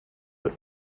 that